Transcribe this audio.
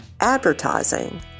advertising